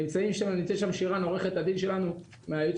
נמצאת שם עורכת הדין שלנו שירן מהייעוץ